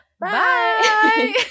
Bye